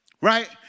right